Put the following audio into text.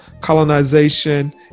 colonization